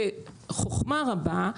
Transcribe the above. בחוכמה רבה,